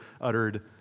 uttered